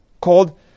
called